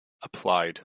applied